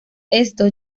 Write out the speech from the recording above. esto